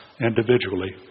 individually